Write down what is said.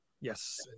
Yes